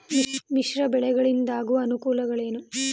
ಮಿಶ್ರ ಬೆಳೆಗಳಿಂದಾಗುವ ಅನುಕೂಲಗಳೇನು?